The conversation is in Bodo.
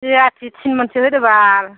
जिराथि थिन मनसो होदोबाल